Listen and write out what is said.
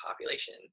population